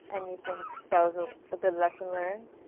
and you think that was a ah good lesson learned?